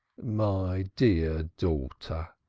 my dear daughter,